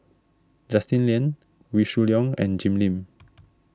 Justin Lean Wee Shoo Leong and Jim Lim